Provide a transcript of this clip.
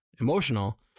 emotional